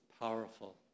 powerful